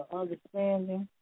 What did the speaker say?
understanding